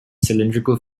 cylindrical